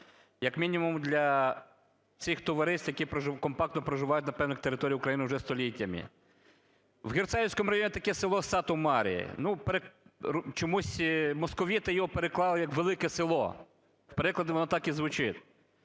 як мінімум для цих товариств, які компактно проживають на певних територіях України уже століттями. В Герцаївському районі є таке село Сату-Маре. Ну, чомусь московити його переклали як "Велике Село". В перекладі воно так і звучить.